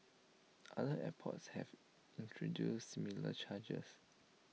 other airports have introduced similar charges